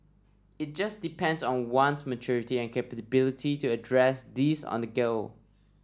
it just depends on one's maturity and capability to address these on the go